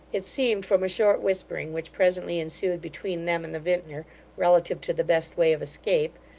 it seemed, from a short whispering which presently ensued between them and the vintner relative to the best way of escape,